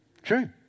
true